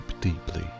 deeply